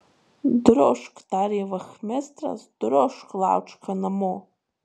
drožk tarė vachmistras drožk laučka namo